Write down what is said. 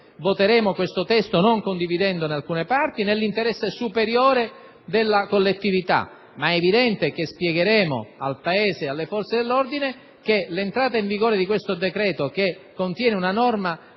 voteremo questo testo, non condividendone alcune parti, nell'interesse superiore della collettività, ma è evidente che spiegheremo al Paese e alle forze dell'ordine che l'entrata in vigore di tale provvedimento, che contiene una norma